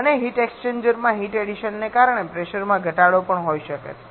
અને heat exchanger માં heat એડિશનને કારણે પ્રેશરમાં ઘટાડો પણ થઈ શકે છે